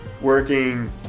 working